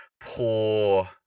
poor